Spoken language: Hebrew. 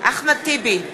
אחמד טיבי,